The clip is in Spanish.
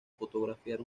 fotografiar